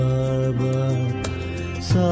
Baba